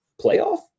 playoff